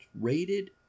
rated